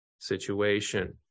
Situation